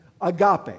agape